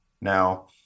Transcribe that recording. Now